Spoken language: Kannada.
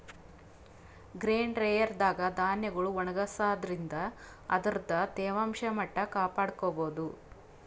ಗ್ರೇನ್ ಡ್ರೈಯರ್ ದಾಗ್ ಧಾನ್ಯಗೊಳ್ ಒಣಗಸಾದ್ರಿನ್ದ ಅದರ್ದ್ ತೇವಾಂಶ ಮಟ್ಟ್ ಕಾಪಾಡ್ಕೊಭೌದು